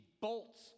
bolts